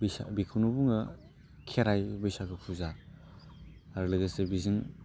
बासा बेखौनो बुङो खेराय बैसागो फुजा आरो लोगोसे बेजों